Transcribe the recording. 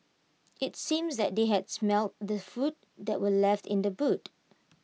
IT seems that they had smelt the food that were left in the boot